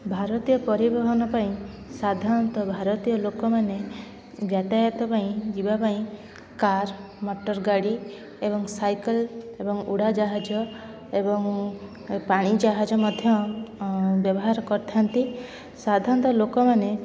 ଭାରତୀୟ ପରିବହନ ପାଇଁ ସାଧାରଣତଃ ଭାରତୀୟ ଲୋକମାନେ ଯାତାୟତ ପାଇଁ ଯିବା ପାଇଁ କାର୍ ମଟର ଗାଡ଼ି ଏବଂ ସାଇକେଲ୍ ଏବଂ ଉଡ଼ାଜାହାଜ ଏବଂ ପାଣି ଜାହାଜ ମଧ୍ୟ ବ୍ୟବହାର କରିଥାନ୍ତି ସାଧାରଣତଃ ଲୋକମାନେ